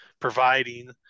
providing